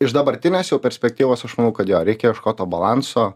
iš dabartinės jau perspektyvos aš manau kad jo reikia ieškot to balanso